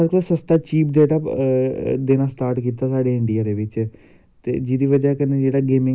होर किश देऐ क्योंकि अध्दे बच्चें केह् होंदा कि जेह्ड़े उंदे स्पोटस आह्ले टीचर होंदे न ओह् रिफरैशमैंट नेंई दिंदे हैन